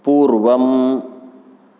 पूर्वम्